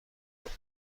بکن